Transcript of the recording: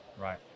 right